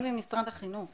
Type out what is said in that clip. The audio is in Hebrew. אני ממשרד החינוך,